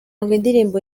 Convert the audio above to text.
indirimbo